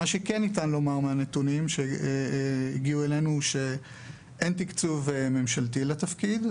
מה שכן ניתן לומר מהנתונים שהגיעו אלינו הוא שאין תקצוב ממשלתי לתפקיד,